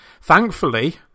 thankfully